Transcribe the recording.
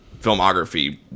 filmography